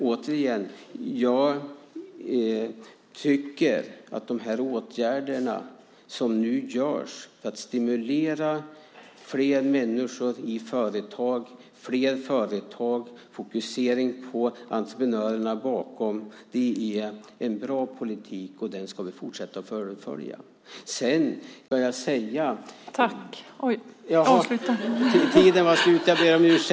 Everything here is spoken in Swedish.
Återigen: Jag tycker att de åtgärder som nu sätts in för att stimulera fler människor i företag, stimulera till fler företag och fokuseringen på entreprenörerna bakom företagen är en bra politik, och den ska vi fullfölja. Sedan kan det hända att saker och ting inte blir optimala när de praktiseras i verkligheten, men då måste vi vara beredda att förändra det.